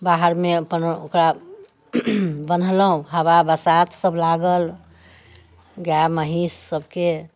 बाहरमे अपन ओकरा बन्हलहुँ हवा बसात सभ लागल गाय महीस सभकेँ